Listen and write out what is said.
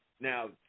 Now